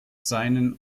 seinen